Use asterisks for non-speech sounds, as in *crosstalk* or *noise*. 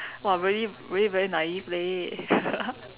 !wah! really really very naive leh *laughs*